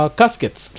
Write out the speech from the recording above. caskets